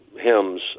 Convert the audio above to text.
hymns